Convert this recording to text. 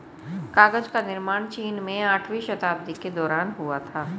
कागज का निर्माण चीन में आठवीं शताब्दी के दौरान हुआ था